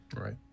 Right